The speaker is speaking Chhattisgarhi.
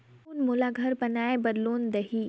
कौन मोला घर बनाय बार लोन देही?